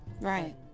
Right